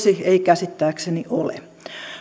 ei käsittääkseni ole